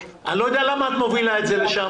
אני לא יודע למה את מובילה את זה לשם,